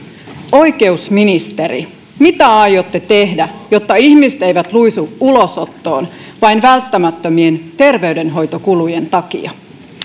oikeusministeri mitä aiotte tehdä jotta ihmiset eivät luisu ulosottoon vain välttämättömien terveydenhoitokulujen takia